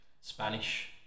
Spanish